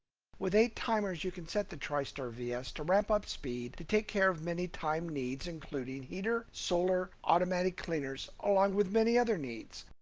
with eight timers you can set the tristar vs to ramp up speed to take care of many timed needs including heater, solar, automatic cleaners along with many other needs.